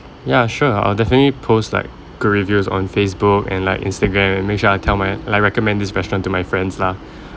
ya sure I'll definitely post like good reviews on Facebook and like Instagram and make sure I tell my like recommend this restaurant to my friends lah